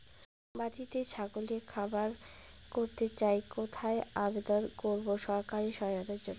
বাতিতেই ছাগলের খামার করতে চাই কোথায় আবেদন করব সরকারি সহায়তার জন্য?